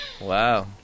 Wow